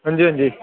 हां जी हां जी